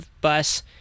bus